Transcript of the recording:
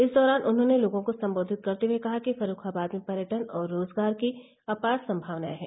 इस दौरान उन्होंने लोगों को सम्बोधित करते हुये कहा कि फर्रूखाबाद में पर्यटन और रोजगार की अपार सम्मावनायें है